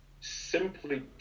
simply